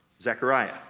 Zechariah